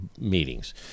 meetings